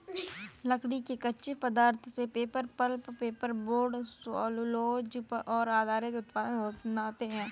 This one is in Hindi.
लकड़ी के कच्चे पदार्थ से paper, pulp, paper board, cellulose पर आधारित उत्पाद बनाते हैं